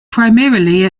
primarily